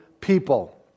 people